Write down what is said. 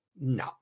No